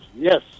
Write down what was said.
yes